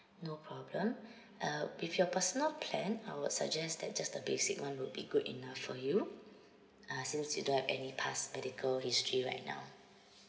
no problem uh with your personal plan I would suggest that just the basic one will be good enough for you uh since you don't have any past medical history right now